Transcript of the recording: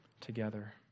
together